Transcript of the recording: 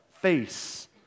face